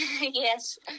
Yes